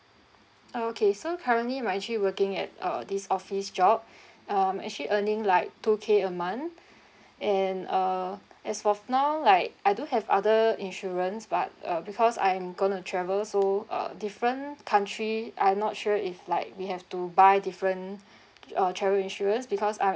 okay so currently I'm actually working at uh this office job um actually earning like two K a month and uh as of now like I do have other insurance but uh because I'm gonna travel so uh different country I'm not sure if like we have to buy different uh travel insurance because I'm